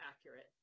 accurate